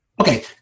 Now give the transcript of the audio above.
okay